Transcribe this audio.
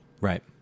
right